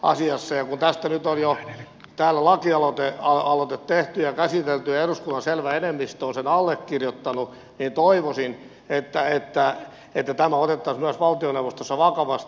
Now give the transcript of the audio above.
kun tästä nyt on jo täällä lakialoite tehty ja käsitelty ja eduskunnan selvä enemmistö on sen allekirjoittanut niin toivoisin että tämä otettaisiin myös valtioneuvostossa vakavasti